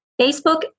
Facebook